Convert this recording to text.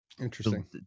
Interesting